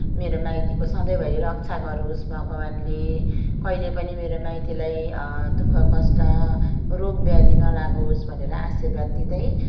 मेरो माइतीको सधैँभरि रक्षा गरोस् भगवानले कहिल्यै पनि मेरो माइतीलाई दुःख कष्ट रोग व्याधि नलागोस् भनेर आशीर्वाद दिँदै